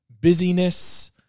busyness